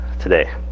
today